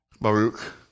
Baruch